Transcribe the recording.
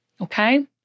okay